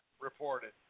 reported